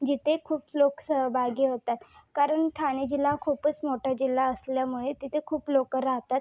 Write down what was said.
जिथे खूप लोक सहभागी होतात कारण ठाणे जिल्हा हा खूपच मोठा जिल्हा असल्यामुळे तिथे खूप लोक राहतात